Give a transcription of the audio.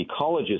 ecologists